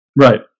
Right